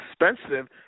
expensive